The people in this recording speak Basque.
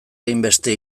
hainbeste